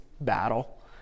battle